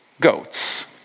goats